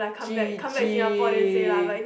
G G